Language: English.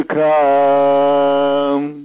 come